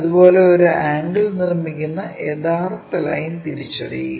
അതുപോലെ ഒരു ആംഗിൾ നിർമ്മിക്കുന്ന യഥാർത്ഥ ലൈൻ തിരിച്ചറിയുക